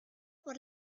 por